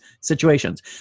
situations